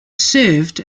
served